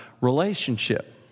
relationship